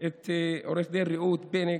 את עו"ד רעות בינג,